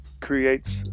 creates